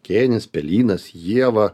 kėnis pelynas ieva